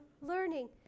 learning